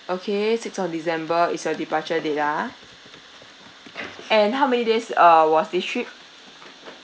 okay sixth of december is your departure date ah and how many days uh was this trip